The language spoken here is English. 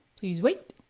please wait.